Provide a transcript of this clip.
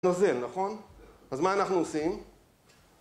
נוזל, נכון? אז מה אנחנו עושים?